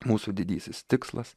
mūsų didysis tikslas